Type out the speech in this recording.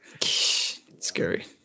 scary